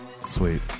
Sweet